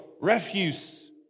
refuse